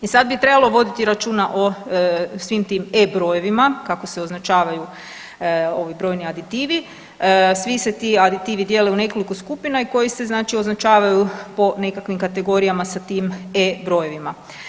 I sad bi trebalo voditi računa o svim tim E brojevima, kako se označavaju ovi brojni aditivi, svi se ti aditivi dijele u nekoliko skupina i koji se znači označavaju po nekakvim kategorijama sa tim E brojevima.